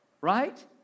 Right